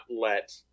let